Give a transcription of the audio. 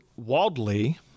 Waldley